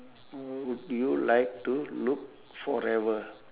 would you like to look forever